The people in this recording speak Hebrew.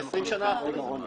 20 השנים האחרונות.